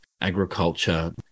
agriculture